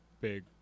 big